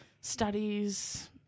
studies